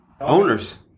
Owners